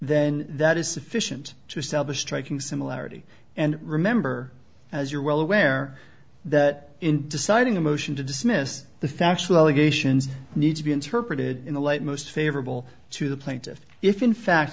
then that is sufficient to establish striking similarity and remember as you're well aware that in deciding a motion to dismiss the factual allegations need to be interpreted in the light most favorable to the plaintiff if in fact